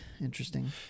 interesting